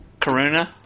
Karuna